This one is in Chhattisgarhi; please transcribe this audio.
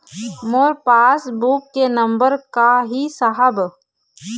मोर पास बुक के नंबर का ही साहब?